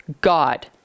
God